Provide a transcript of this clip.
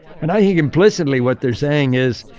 and i think implicitly what they're saying is,